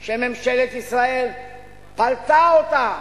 ומרגישים שממשלת ישראל פלטה אותם,